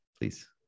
Please